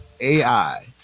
AI